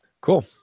cool